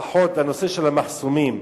לפחות הנושא של המחסומים,